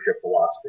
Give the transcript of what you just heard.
philosophy